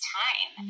time